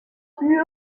plus